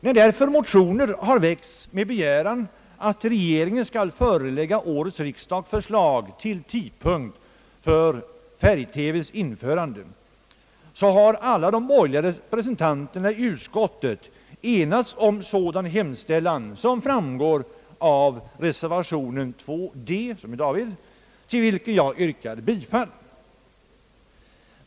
När därför motioner väckts med begäran att regeringen skall förelägga årets riksdag förslag till tidpunkt för färg-TV:s införande, har alla de borgerliga representanterna i utskottet enats om sådan hemställan som framgår av reservation d, till vilken jag yrkar bifall.